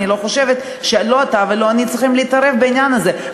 אני חושבת שלא אתה ולא אני צריכים להתערב בעניין הזה.